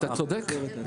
אתה צודק.